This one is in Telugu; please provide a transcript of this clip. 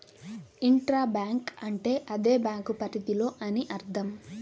ఇంట్రా బ్యాంక్ అంటే అదే బ్యాంకు పరిధిలో అని అర్థం